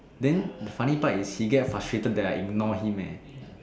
then the funny part is he get frustrated that I ignore him eh